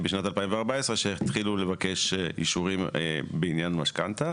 שבשנת 2014 התחילו לבקש אישורים בעניין משכנתה.